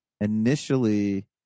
initially –